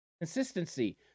Consistency